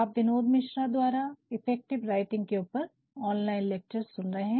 आप विनोद मिश्रा द्वारा effective writing के ऊपर ऑनलाइन लेक्चर सुन रहे हैं